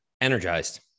Energized